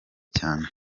cyane